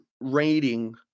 rating